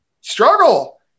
Struggle